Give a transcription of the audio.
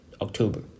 October